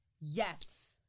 Yes